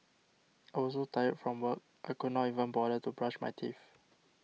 I was so tired from work I could not even bother to brush my teeth